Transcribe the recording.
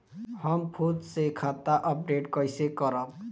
हम खुद से खाता अपडेट कइसे करब?